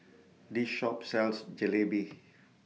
This Shop sells Jalebi